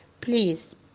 Please